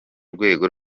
rwego